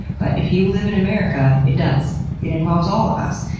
but if you live in america, it does it involves all of us.